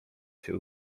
się